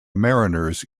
mariners